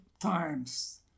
times